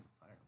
fire